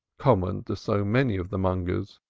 common to so many of the mongers,